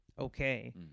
okay